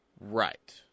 Right